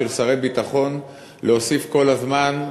של שרי ביטחון להוסיף כל הזמן,